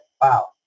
wow